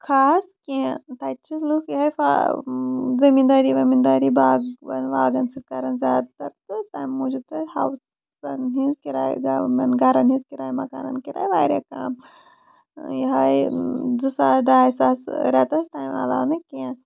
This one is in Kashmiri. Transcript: خاص کیٚنہہ تَتہِ چھِ لُکھ یِہوے زٔمیٖن دٲری ؤمیٖن دٲری باغن واغن سۭتۍ کران زیادٕ تر تہٕ تَمہِ موٗجوٗب چھِ تتہِ ہاوُس سن ہنٛز کِرایہِ یِمن گرن ہنٛز کِرایہِ مکانن کِرایہِ واریاہ کَم یِہوے زٕ ساس ڈاے ساس ریٚتَس تَمہِ علاوٕ نہٕ کیٚنٛہہ